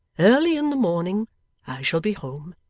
early in the morning i shall be home